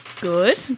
Good